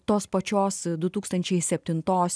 tos pačios du tūkstančiai septintos